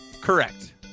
Correct